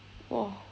!wah!